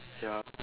ya